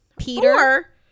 Peter